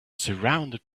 surrounded